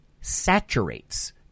saturates